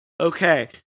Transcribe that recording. Okay